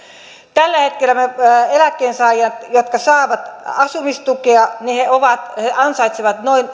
tällä hetkellä eläkkeensaajat jotka saavat asumistukea ansaitsevat noin